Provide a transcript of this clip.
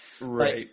Right